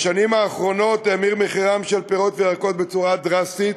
בשנים האחרונות האמיר מחירם של פירות וירקות בצורה דרסטית,